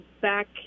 back